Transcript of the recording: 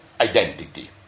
identity